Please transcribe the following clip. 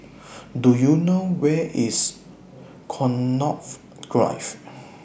Do YOU know Where IS Connaught Drive